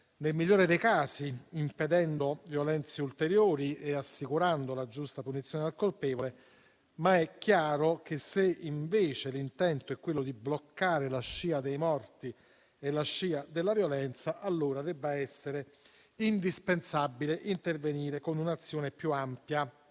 nel migliore dei casi impedendo violenze ulteriori e assicurando la giusta punizione del colpevole. Ma è chiaro che, se invece l'intento è bloccare la scia dei morti e la scia della violenza, allora è indispensabile intervenire con un'azione più ampia,